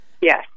Yes